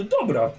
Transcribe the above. Dobra